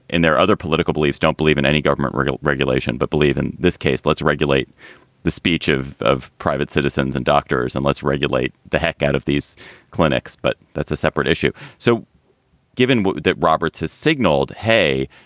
in their other political beliefs don't believe in any government regulation but believe in this case. let's regulate the speech of of private citizens and doctors and let's regulate the heck out of these clinics. but that's a separate issue. so given that roberts has signaled, hey,